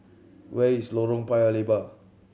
where is Lorong Paya Lebar